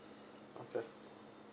okay